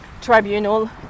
Tribunal